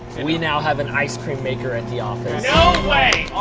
and we now have an ice cream maker at the office. no way.